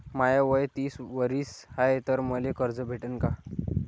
माय वय तीस वरीस हाय तर मले कर्ज भेटन का?